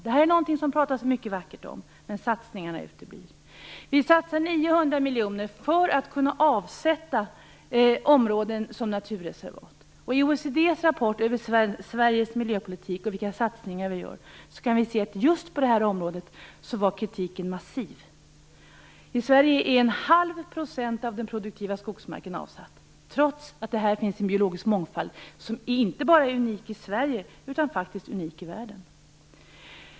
Detta är någonting som det talas mycket vackert om, men satsningarna uteblir. Vi satsar 900 miljoner kronor för att kunna avsätta områden som naturreservat. I OECD:s rapport om Sveriges miljöpolitik och de satsningar som vi gör var kritiken massiv på just detta område. I Sverige är 0,5 % av den produktiva skogsmarken avsatt, trots att det här finns en biologisk mångfald som inte bara är unik i Sverige utan faktiskt unik i världen.